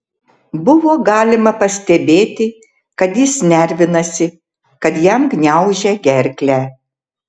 buvo galima pastebėti kad jis nervinasi kad jam gniaužia gerklę